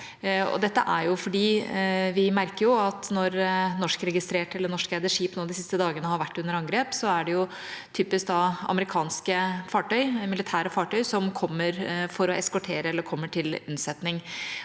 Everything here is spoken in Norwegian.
Dette er fordi vi merker at når norskregistrerte eller norskeide skip nå de siste dagene har vært under angrep, er det typisk amerikanske militære fartøy som kommer for å eskortere eller kommer til unnsetning.